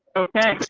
okay